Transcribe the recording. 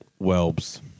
Welbs